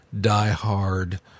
die-hard